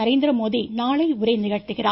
நரேந்திரமோதி நாளை உரை நிகழ்த்துகிறார்